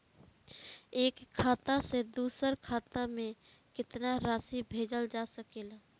एक खाता से दूसर खाता में केतना राशि भेजल जा सके ला?